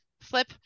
flip